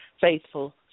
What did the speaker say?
faithful